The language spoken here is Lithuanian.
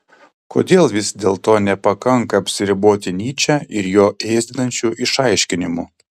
kodėl vis dėlto nepakanka apsiriboti nyče ir jo ėsdinančiu išaiškinimu